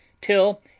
till